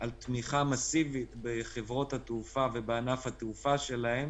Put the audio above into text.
על תמיכה מסיבית בחברות התעופה ובענף התעופה שלהן,